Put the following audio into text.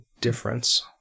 difference